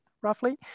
roughly